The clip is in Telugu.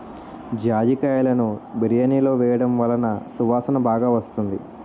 జాజికాయలును బిర్యానిలో వేయడం వలన సువాసన బాగా వస్తుంది